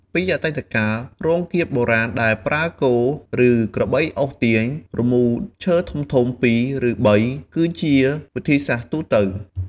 ពីអតីតកាល រោងកៀបបុរាណដែលប្រើគោ ឬក្របីអូសទាញ រមូរឈើធំៗពីរ ឬបី គឺជាវិធីសាស្ត្រទូទៅ។